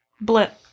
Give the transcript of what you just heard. blip